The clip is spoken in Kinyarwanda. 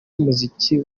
umuziki